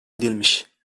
edilmiş